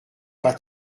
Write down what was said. pas